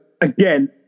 again